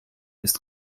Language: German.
ist